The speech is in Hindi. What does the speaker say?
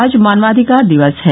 आज मानवाधिकार दिवस है